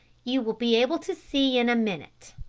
you will be able to see in a minute,